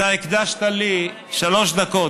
אתה הקדשת לי שלוש דקות.